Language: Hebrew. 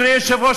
אדוני היושב-ראש,